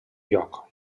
lloc